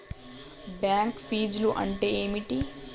Bank ఫీజ్లు అంటే ఏమిటి?